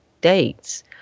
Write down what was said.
dates